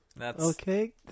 Okay